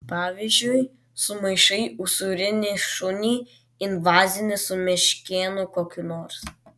pavyzdžiui sumaišai usūrinį šunį invazinį su meškėnu kokiu nors